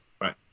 Right